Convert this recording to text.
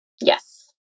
Yes